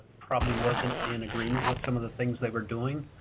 probably wasn't in agreement with some of the things they were doing.